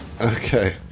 Okay